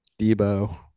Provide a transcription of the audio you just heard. Debo